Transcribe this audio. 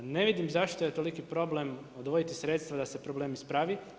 Ne vidim zašto je toliki problem odvojiti sredstva da se problem ispravi.